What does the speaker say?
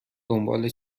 دنبال